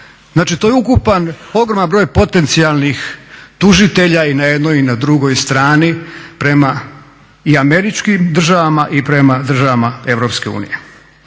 Znači to je ukupan, ogroman broj potencijalnih tužitelja i na jednoj i na drugoj strani prema i američkim državama i prema državama EU.